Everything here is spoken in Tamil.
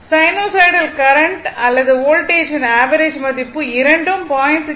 சைனூசாய்டல் கரண்ட் அல்லது வோல்டேஜ் ன் ஆவரேஜ் மதிப்பு இரண்டும் 0